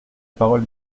parole